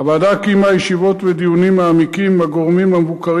הוועדה קיימה ישיבות ודיונים מעמיקים עם הגורמים המבוקרים